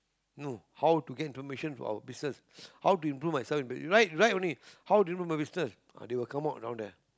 no how to get information for our business how to improve myself in i~ write write only how to improve my business ah they will come out down there`